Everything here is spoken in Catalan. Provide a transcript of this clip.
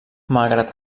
malgrat